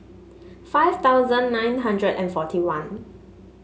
five thousand nine hundred and forty one